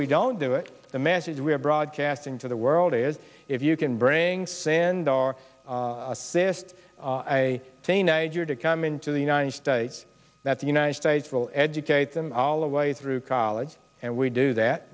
we don't do it the message we're broadcasting to the world is if you can bring sand or assist i say niger to come into the united states that the united states will educate them all the way through college and we do that